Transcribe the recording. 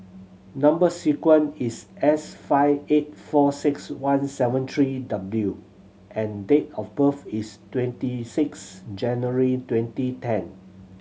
number sequence is S five eight four six one seven three W and date of birth is twenty six January twenty ten